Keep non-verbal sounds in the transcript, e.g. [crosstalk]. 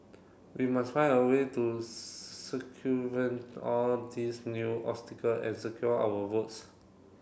we must find a way to [unintelligible] circumvent all these new obstacle and secure our votes